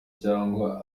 cyangwa